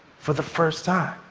for the first time.